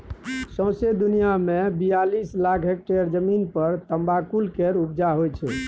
सौंसे दुनियाँ मे बियालीस लाख हेक्टेयर जमीन पर तमाकुल केर उपजा होइ छै